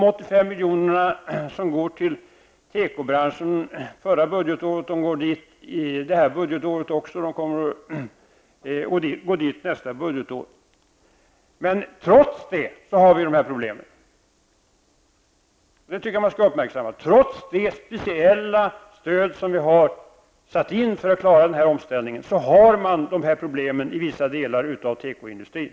De 85 miljoner som gick till tekobranschen förra budgetåret går till branschen även detta budgetår, och så kommer det att vara också nästa budgetår. Men trots det speciella stöd som vi alltså har satt in för att klara den här omställningen finns de aktuella problemen kvar inom vissa delar av tekoindustrin.